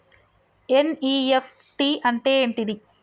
NEFT అంటే ఏంటిది?